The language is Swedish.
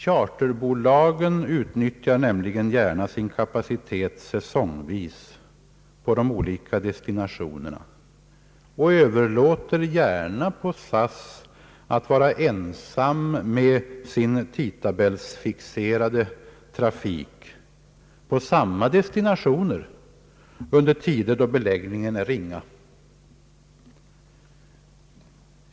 Charterbolagen utnyttjar nämligen gärna sin kapacitet säsongvis på de olika destinationerna och överlåter på SAS att vara ensam med sin tidtabellsfixerade trafik på samma destinationer under tider då beläggningen är ringa.